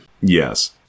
Yes